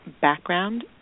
background